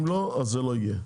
אם לא, זה לא יהיה.